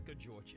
Georgia